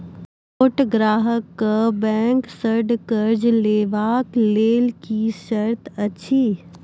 छोट ग्राहक कअ बैंक सऽ कर्ज लेवाक लेल की सर्त अछि?